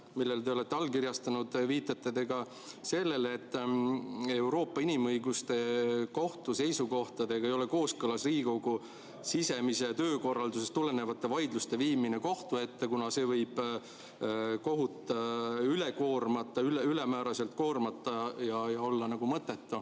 mille te olete allkirjastanud, viitate te ka sellele, et Euroopa Inimõiguste Kohtu seisukohtadega ei ole kooskõlas Riigikogu sisemisest töökorraldusest tulenevate vaidluste viimine kohtu ette, kuna see võib kohut ülemääraselt koormata ja olla mõttetu.